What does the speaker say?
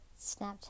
Snapchat